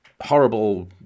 horrible